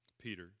Peter